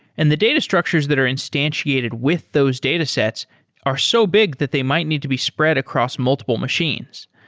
and the data structures that are instantiated with those datasets are so big that they might need to be spread across multiple machines.